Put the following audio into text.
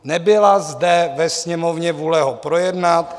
Nebyla zde ve Sněmovně vůle ho projednat.